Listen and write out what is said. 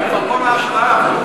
מקור להשראה.